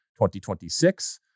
2026